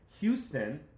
Houston